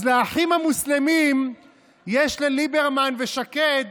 אז לאחים המוסלמים יש לליברמן ושקד,